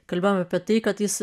kalbėjom apie tai kad jis